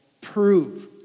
prove